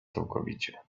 całkowicie